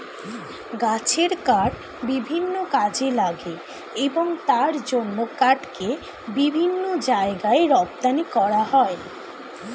গাছের কাঠ বিভিন্ন কাজে লাগে এবং তার জন্য কাঠকে বিভিন্ন জায়গায় রপ্তানি করা হয়